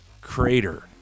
Crater